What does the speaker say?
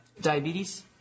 Diabetes